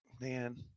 man